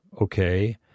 okay